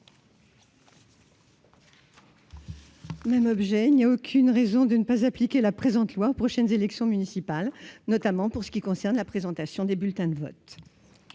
n° 26 : il n'y a aucune raison de ne pas appliquer la présente loi aux prochaines élections municipales, notamment pour ce qui concerne la présentation des bulletins de vote.